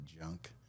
junk